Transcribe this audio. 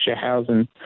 Housing